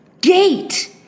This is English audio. gate